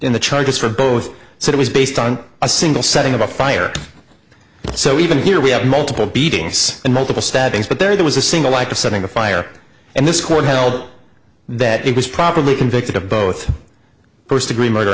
in the charges for both so it was based on a single setting of a fire so even here we have multiple beatings and multiple stabbings but there was a single like a setting a fire and this court held that it was probably convicted of both first degree murder